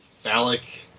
phallic